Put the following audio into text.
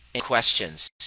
questions